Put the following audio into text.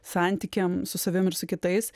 santykiam su savim ir su kitais